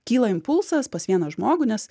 kyla impulsas pas vieną žmogų nes